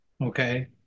Okay